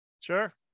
Sure